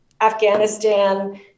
Afghanistan